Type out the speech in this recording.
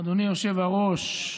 אדוני היושב-ראש,